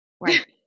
Right